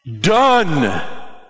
Done